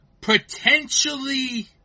potentially